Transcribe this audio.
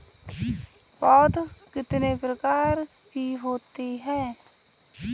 पौध कितने प्रकार की होती हैं?